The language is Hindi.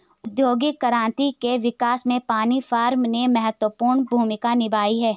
औद्योगिक क्रांति के विकास में पानी फ्रेम ने महत्वपूर्ण भूमिका निभाई है